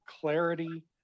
clarity